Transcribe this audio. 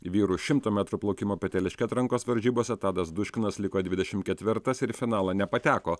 vyrų šimto metrų plaukimo peteliške atrankos varžybose tadas duškinas liko dvidešim ketvirtas ir į finalą nepateko